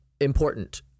important